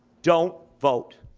don't vote.